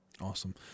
Awesome